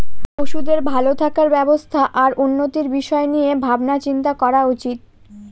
পশুদের ভালো থাকার ব্যবস্থা আর উন্নতির বিষয় নিয়ে ভাবনা চিন্তা করা উচিত